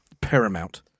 Paramount